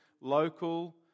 local